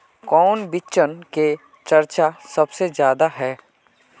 कौन बिचन के चर्चा सबसे ज्यादा है?